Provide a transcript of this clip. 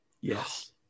Yes